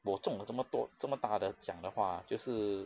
我中了这么多这么大的奖的话就是